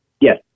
yes